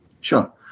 Sure